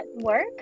work